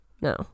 No